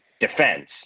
defense